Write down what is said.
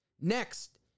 next